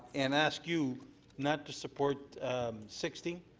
and ask you not to support sixty.